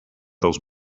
dels